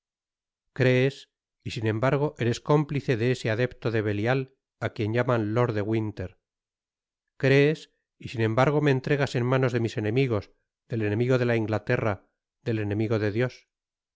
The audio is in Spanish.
crees y sin embargo eres cómplice de ese adepto de belial á quien llaman lord de winter crees y sin embargo me entregas en manos de mis enemigos del enemigo de la inglaterra det enemigo de dios